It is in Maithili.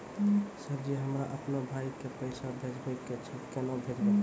सर जी हमरा अपनो भाई के पैसा भेजबे के छै, केना भेजबे?